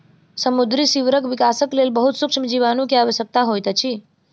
समुद्री सीवरक विकासक लेल बहुत सुक्ष्म जीवाणु के आवश्यकता होइत अछि